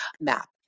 map